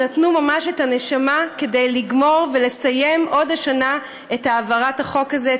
שנתנו ממש את הנשמה כדי לגמור ולסיים עוד השנה את העברת החוק הזה.